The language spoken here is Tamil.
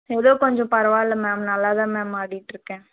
ஏதோ கொஞ்சம் பரவாயில்ல மேம் நல்லா தான் மேம் ஆடிட்டுருக்கேன்